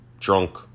drunk